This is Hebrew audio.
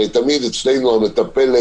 הרי תמיד אצלנו המטפלת